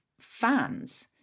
fans